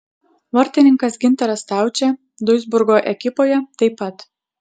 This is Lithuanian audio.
vartininkas gintaras staučė duisburgo ekipoje taip pat